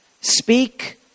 Speak